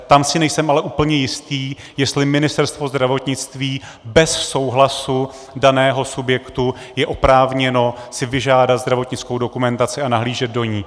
Tam si nejsem ale úplně jistý, jestli Ministerstvo zdravotnictví bez souhlasu daného subjektu je oprávněno si vyžádat zdravotnickou dokumentaci a nahlížet do ní.